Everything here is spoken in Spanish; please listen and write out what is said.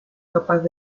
capaz